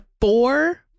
four